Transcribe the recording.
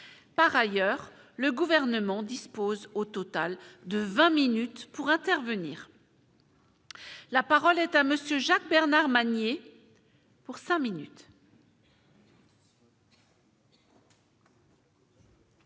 par ailleurs le gouvernement dispose au total de 20 minutes pour intervenir. La parole est à monsieur Jacques Bernard Magner pour 5 minutes.